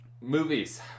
Movies